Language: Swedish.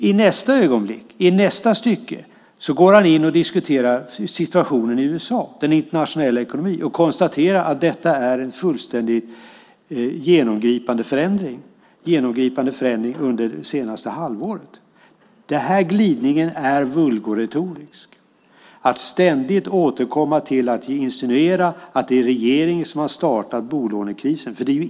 I nästa ögonblick och i nästa stycke går han in och diskuterar situationen i USA och den internationella ekonomin och konstaterar att det är en fullständigt genomgripande förändring som har skett under det senaste halvåret. Den här glidningen är vulgoretorisk. Thomas Östros återkommer ständigt till att insinuera att det är regeringen som har startat bolånekrisen.